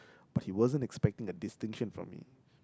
but he wasn't expecting a distinction from me